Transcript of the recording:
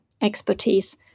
expertise